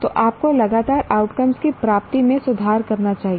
तो आपको लगातार आउटकम्स की प्राप्ति में सुधार करना चाहिए